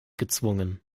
gezwungen